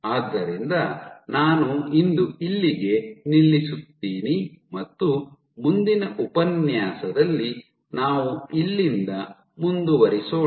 ಆದ್ದರಿಂದ ನಾನು ಇಂದು ಇಲ್ಲಿಗೆ ನಿಲ್ಲಿಸುತ್ತೀನಿ ಮತ್ತು ಮುಂದಿನ ಉಪನ್ಯಾಸದಲ್ಲಿ ನಾವು ಇಲ್ಲಿಂದ ಮುಂದುವರಿಸೋಣ